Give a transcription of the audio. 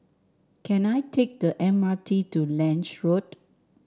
can I take the M R T to Lange Road